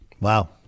Wow